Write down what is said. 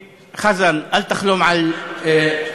חזן, אל תחלום על קיזוז.